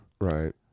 Right